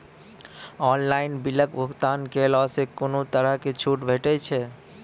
Online बिलक भुगतान केलासॅ कुनू तरहक छूट भेटै छै?